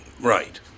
right